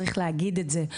צריך להגיד את זה.